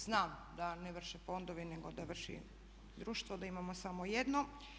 Znam da ne vrše fondovi nego da vrši društvo, da imamo samo jedno.